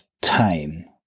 time